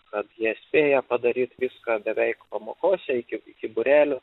kad jie spėja padaryt viską beveik pamokose iki iki būrelių